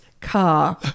car